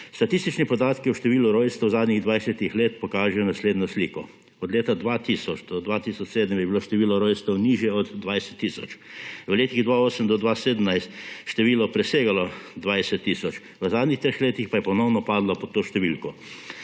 Statistični podatki o število rojstev v zadnjih dvajsetih letih pokaže naslednjo sliko. Od leta 2000 do 2007 je bilo število rojstev nižje od 20 tisoč. V letih 2008 do 2017 je število presegalo 20 tisoč, v zadnjih treh letih pa je ponovno padlo pod to številko.